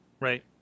Right